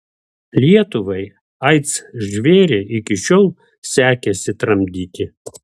lietuvai aids žvėrį iki šiol sekėsi tramdyti